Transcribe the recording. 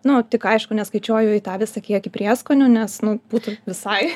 nu tik aišku neskaičiuoju į tą visą kiekį prieskonių nes nu būtų visai